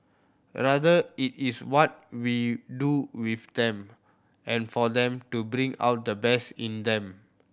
rather it is what we do with them and for them to bring out the best in them